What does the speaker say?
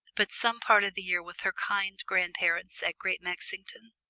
but some part of the year with her kind grandparents at great mexington.